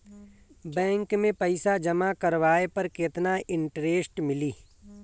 Bank में पईसा जमा करवाये पर केतना इन्टरेस्ट मिली?